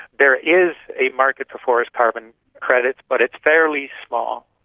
there is a market for forest carbon credits but it's fairly small,